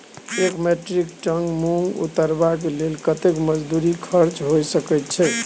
एक metric ton मूंग उतरबा के लेल कतेक मजदूरी खर्च होय सकेत छै?